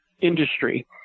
industry